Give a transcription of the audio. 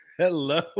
Hello